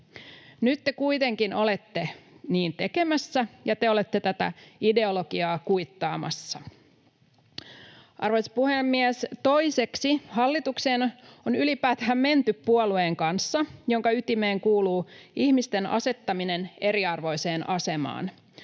Nyt te kuitenkin olette niin tekemässä, ja te olette tätä ideologiaa kuittaamassa. Arvoisa puhemies! Toiseksi, hallitukseen on ylipäätään menty puolueen kanssa, jonka ytimeen kuuluu ihmisten asettaminen eriarvoiseen asemaan,